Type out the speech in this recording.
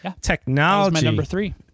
technology